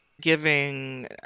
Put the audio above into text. giving